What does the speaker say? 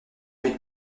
but